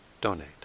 donate